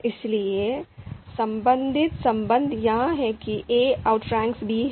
इसलिए संबंधित संबंध यह है कि'a' outranks 'b' है